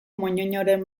moñoñoren